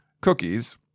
cookies